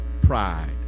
Pride